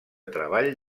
treball